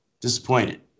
disappointed